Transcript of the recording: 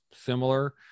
similar